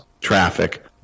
traffic